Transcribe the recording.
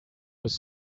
was